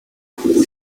nobody